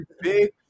big